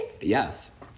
Yes